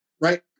Right